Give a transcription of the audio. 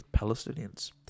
Palestinians